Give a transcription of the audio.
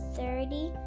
thirty